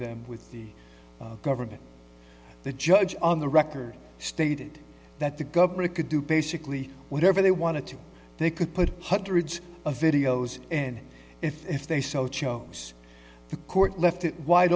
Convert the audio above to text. them with the government the judge on the record stated that the government could do basically whatever they wanted to they could put hundreds of videos in it if they so chose the court left it wide